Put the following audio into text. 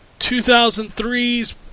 2003's